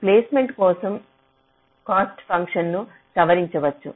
placement కోసం cost ఫంక్షన్ను సవరించవచ్చు